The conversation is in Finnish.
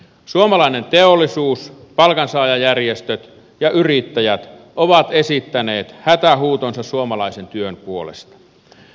suomalainen teollisuus palkansaajajärjestöt ja yrittäjät ovat esittäneet hätähuutonsa suomalaisen työn puolesta